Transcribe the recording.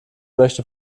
möchte